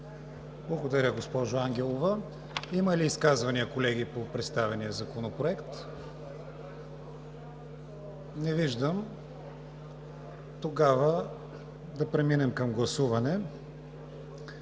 Благодаря, госпожо Ангелова. Има ли изказвания, колеги, по представения законопроект? Не виждам. Тогава да преминем към гласуване.